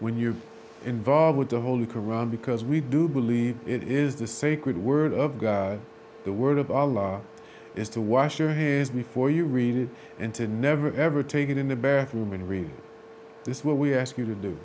when you're involved with the holy qur'an because we do believe it is the sacred word of god the word of allah is to wash your hands before you read it and to never ever take it in the bathroom and read this what we ask you to do